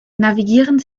navigieren